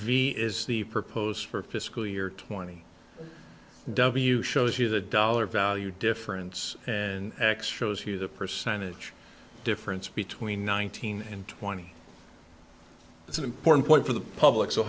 a is the propose for fiscal year twenty w shows you the dollar value difference and x shows you the percentage difference between nineteen and twenty it's an important point for the public so